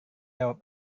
jawab